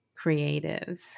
creatives